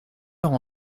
heure